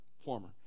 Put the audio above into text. former